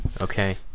okay